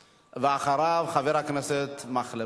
ואחריו, חבר הכנסת מקלב.